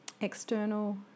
external